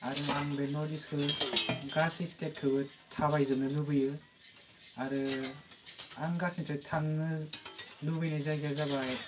आरो आं बे नर्टइस्टखो गासै स्टेटखोबो थाबायजोबनो लुबैयो आरो आं गासै थांनो लुबैनाय जायगाया जाबाय